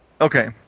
Okay